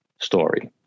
story